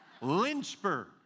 Lynchburg